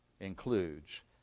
includes